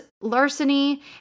larceny